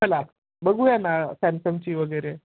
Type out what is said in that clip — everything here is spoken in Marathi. चला बघूया ना सॅमसंगची वगैरे